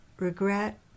regret